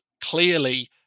clearly